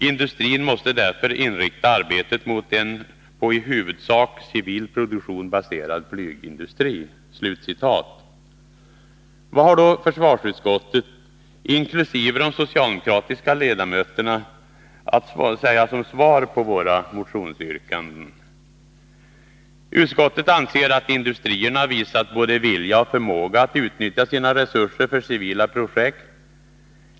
Industrin måste därför inrikta arbetet mot en på i huvudsak civil produktion baserad flygindustri.” Vad har då försvarsutskottet, inkl. de socialdemokratiska ledamöterna, att säga som svar på våra motionsyrkanden? Utskottet anser att industrierna visat både vilja och förmåga att utnyttja sina resurser för civila projekt.